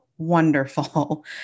wonderful